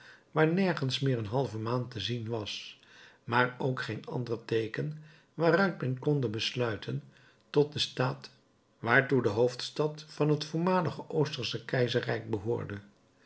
waar nergens meer een halve maan te zien was maar ook geen ander teeken waaruit men konde besluiten tot den staat waartoe de hoofdstad van het voormalige oostersche keizerrijk behoorde